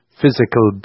physical